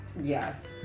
yes